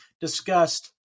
discussed